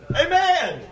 Amen